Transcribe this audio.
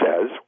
says